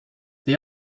they